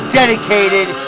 dedicated